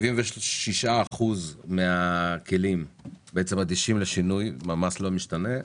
76% מהכלים אדישים לשינוי, המס לא משתנה.